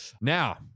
Now